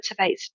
motivates